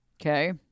Okay